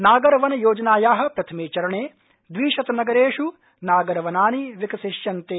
नागर वन योजनाया प्रथमे चरणे द्विशतनगरेष् नागर वनानि विकसिष्यन्ते